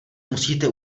musíte